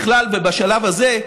בכלל ובשלב הזה,